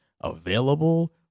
available